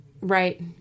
Right